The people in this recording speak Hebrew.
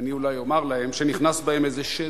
אני אולי אומר להם שנכנס בהם איזה שד,